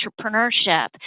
entrepreneurship